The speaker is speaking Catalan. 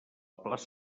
plaça